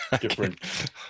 different